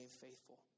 faithful